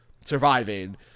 surviving